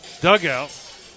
dugout